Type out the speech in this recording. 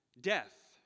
death